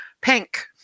Pink